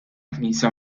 knisja